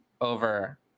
over